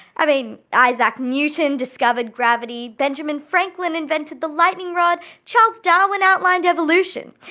i mean, isaac newton discovered gravity, benjamin franklin invented the lightning rod charles darwin outlined evolution.